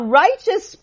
righteous